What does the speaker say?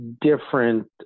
different